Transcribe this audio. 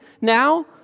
now